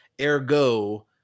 ergo